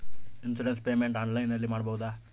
Insurance payment ಆನ್ಲೈನಿನಲ್ಲಿ ಮಾಡಬಹುದಾ?